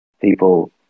people